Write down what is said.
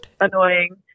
annoying